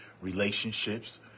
Relationships